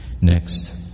Next